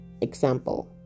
example